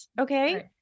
okay